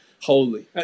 holy